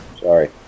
Sorry